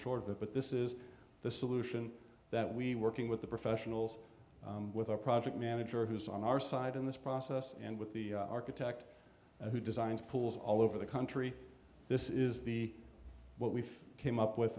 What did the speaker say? that but this is the solution that we working with the professionals with our project manager who's on our side in this process and with the architect who designed pools all over the country this is the what we came up with